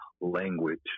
language